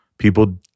People